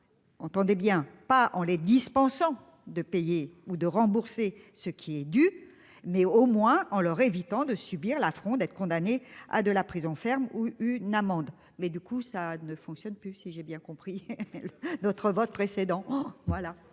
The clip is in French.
Entendez bien pas en les dispensant de payer ou de rembourser ce qui est du mais au moins en leur évitant de subir la fronde être condamné à de la prison ferme ou une amende. Mais du coup ça ne fonctionne plus, si j'ai bien compris. D'autres votes précédents.